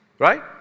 Right